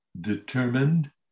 determined